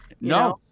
No